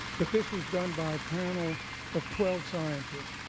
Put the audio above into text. but this was done by a panel of twelve scientists,